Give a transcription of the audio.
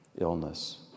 illness